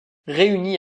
réunie